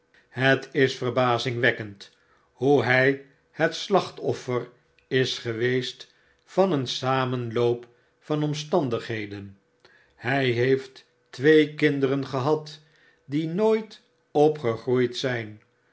het is verbazingwekkend hoe hy het slachtoffer is geweest van een samenloop van omstandigheden hy heeft twee kinderen gehad die nooit opgegroeid zijn